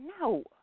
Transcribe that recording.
No